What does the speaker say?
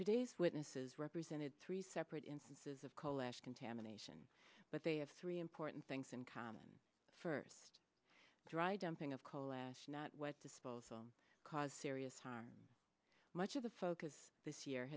today's witnesses represented three separate instances of coal ash contamination but they have three important things in common first dry dumping of kalash not disposal caused serious harm much of the focus this year